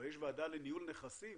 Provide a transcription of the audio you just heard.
אבל יש ועדה לניהול נכסים